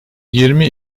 yirmi